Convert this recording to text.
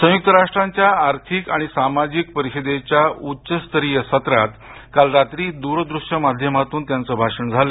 संयुक्त राष्ट्रांच्या आर्थिक आणि सामाजिक परिषदेच्या उच्च स्तरीय सत्रात काल रात्री द्रदृश्य माध्यमातून काल त्याचं भाषण झाले